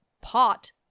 pot